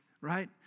right